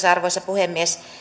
arvoisa puhemies